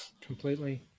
Completely